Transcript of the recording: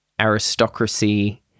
Aristocracy